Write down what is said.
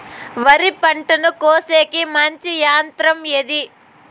వరి పంటను కోసేకి మంచి యంత్రం ఏది?